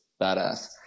badass